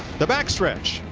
the pack stretch,